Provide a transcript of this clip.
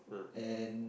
and